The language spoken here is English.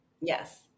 Yes